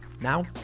Now